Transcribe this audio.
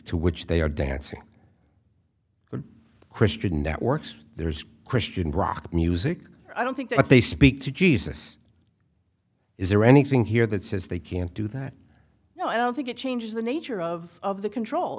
to which they are dancing christian networks there's christian rock music i don't think they speak to jesus is there anything here that says they can't do that no i don't think it changes the nature of of the control